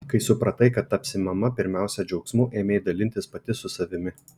kai supratai kad tapsi mama pirmiausia džiaugsmu ėmei dalintis pati su savimi